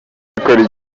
itegeko